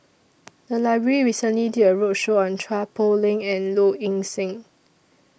The Library recently did A roadshow on Chua Poh Leng and Low Ing Sing